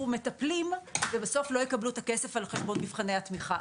מטפלים ובסוף לא יקבלו את הכסף על חשבון מבחני התמיכה.